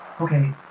Okay